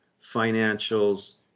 financials